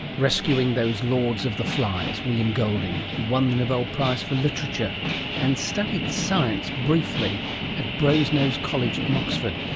rescuing those lords of the flies, william golding. he won the nobel prize for literature and studied science briefly at brasenose college in oxford,